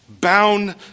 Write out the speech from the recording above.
bound